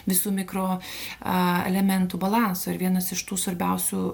visų mikro a elementų balanso ir vienas iš tų svarbiausių